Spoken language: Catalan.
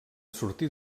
sortir